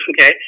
okay